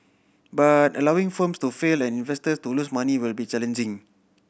but allowing firms to fail and investors to lose money will be challenging